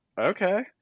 okay